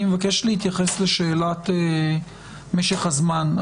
אני מבקש להתייחס לשאלת משך הזמן.